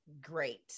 great